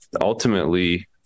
ultimately